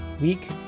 week